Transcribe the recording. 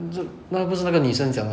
那就那不是那个女生讲的